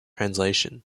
translation